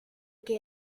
que